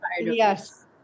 Yes